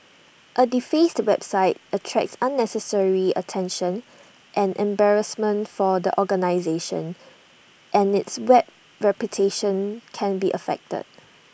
A defaced website attracts unnecessary attention and embarrassment for the organisation and its web reputation can be affected